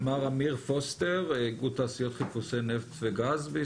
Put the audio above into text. מר אמיר פוסטר, מנכ"ל